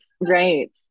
right